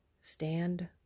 stand